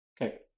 Okay